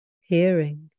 hearing